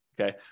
Okay